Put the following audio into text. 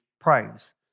praise